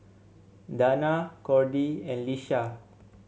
Dana Cordie and Lisha